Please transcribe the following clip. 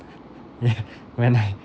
yeah when I